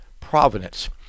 providence